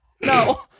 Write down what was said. No